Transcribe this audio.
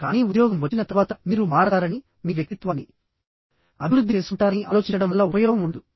కానీ ఉద్యోగం వచ్చిన తర్వాత మీరు మారతారని మీ వ్యక్తిత్వాన్ని అభివృద్ధి చేసుకుంటారని ఆలోచించడం వల్ల ఉపయోగం ఉండదు